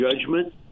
judgment